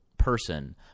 person